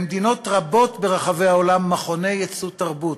למדינות רבות ברחבי העולם מכוני ייצוא תרבות.